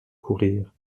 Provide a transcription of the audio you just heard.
courir